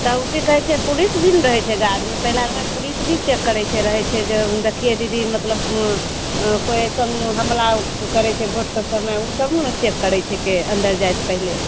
तब की कहय छै पुलिस भी नहि रहय छै गार्डमे पहिला पुलिस भी चेक करय छै रहय छै जे देखियै दीदी मतलब अ कोइ अइसनमे हमला करय वोटके समय उ सभ नहि चेक करय छिकै अन्दर जाइसँ पहिले